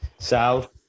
South